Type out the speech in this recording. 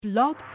Blog